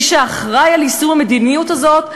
מי שאחראי ליישום המדיניות הזאת,